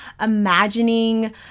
imagining